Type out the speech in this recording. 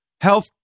health